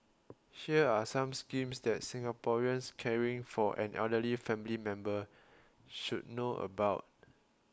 here are some schemes that Singaporeans caring for an elderly family member should know about